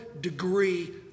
degree